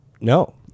No